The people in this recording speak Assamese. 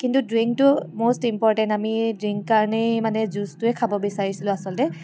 কিন্তু ড্ৰিংকটো ম'ষ্ট ইম্পৰটেণ্ট আমি ড্ৰিংক কাৰণেই মানে জুইচটোৱে খাব বিচাৰিছিলো আচলতে